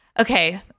Okay